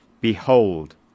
Behold